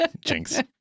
Jinx